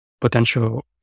potential